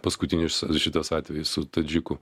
paskutinis šitas atvejis su tadžiku